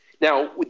Now